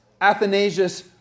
Athanasius